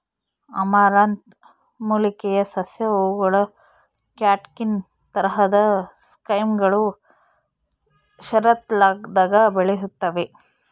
amaranth ಮೂಲಿಕೆಯ ಸಸ್ಯ ಹೂವುಗಳ ಕ್ಯಾಟ್ಕಿನ್ ತರಹದ ಸೈಮ್ಗಳು ಶರತ್ಕಾಲದಾಗ ಬೆಳೆಯುತ್ತವೆ